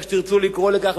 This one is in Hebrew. איך שתרצו לקרוא לכך,